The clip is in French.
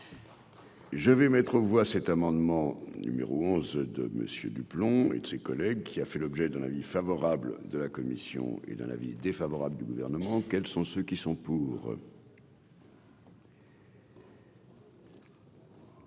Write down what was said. Je vais mettre cet amendement numéro 11 de monsieur du plomb et de ses collègues, qui a fait l'objet d'un avis favorable de la commission et dans l'avis défavorable du Gouvernement quels sont ceux qui sont pour.